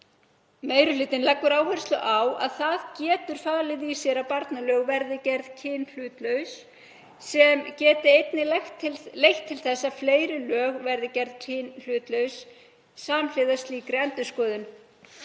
Meiri hlutinn leggur áherslu á að það getur falið í sér að barnalög verði gerð kynhlutlaus sem geti einnig leitt til þess að fleiri lög verði gerð kynhlutlaus samhliða slíkri endurskoðun.